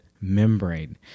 membrane